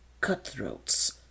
Cutthroats